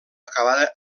acabada